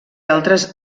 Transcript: altres